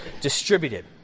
distributed